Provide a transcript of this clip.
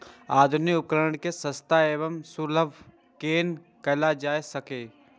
आधुनिक उपकण के सस्ता आर सर्वसुलभ केना कैयल जाए सकेछ?